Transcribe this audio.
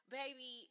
baby